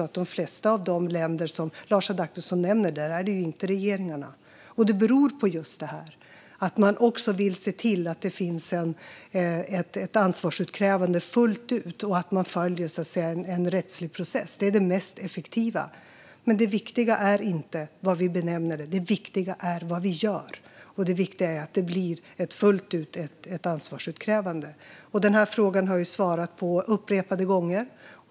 I de flesta av de länder som Lars Adaktusson nämner är det inte regeringarna som har erkänt folkmord. Det beror just på att man vill se till att det finns ett ansvarsutkrävande fullt ut och att man följer en rättslig process. Det är det mest effektiva. Det viktiga är inte hur vi benämner det. Det är vad vi gör. Och det viktiga är att det blir ett ansvarsutkrävande fullt ut. Den här frågan har jag svarat på upprepade gånger.